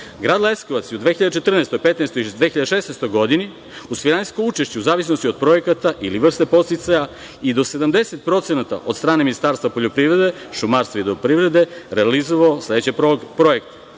evra. Grad Leskovac je u 2014, 2015. i 2016. godini u svojinskom učešću, u zavisnosti od projekta ili vrste podsticaja, i do 70% od strane Ministarstva poljoprivrede, šumarstva i vodoprivrede realizovao sledeće projekte: